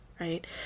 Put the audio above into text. right